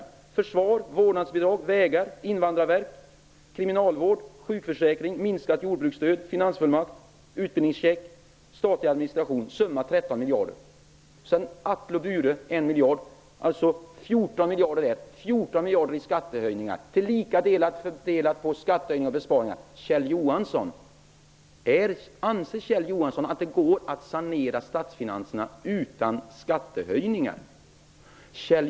Det handlar om försvaret, vårdnadsbidraget, vägar, Invandrarverket, kriminalvården, sjukförsäkringen, jordbruksstödet, finansfullmakten, utbildningschecken och den statliga administrationen. Summan blir 13 miljarder. Atle och Bure ger 1 miljard. Det blir alltså 14 miljarder. Det skall vara en jämn fördelning mellan skattehöjningar och besparingar. Anser Kjell Johansson att det går att sanera statsfinanserna utan skattehöjningar?